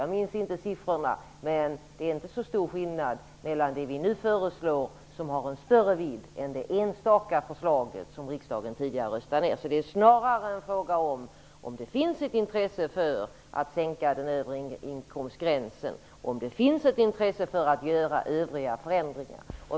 Jag minns inte siffrorna, men det är inte så stor skillnad mellan det vi nu föreslår, som har en större vidd, och det enstaka förslaget som riksdagen tidigare röstade ned. Snarare är det en fråga om det finns ett intresse av att sänka den övre inkomstgränsen och att göra övriga förändringar.